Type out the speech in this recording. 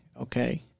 Okay